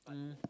um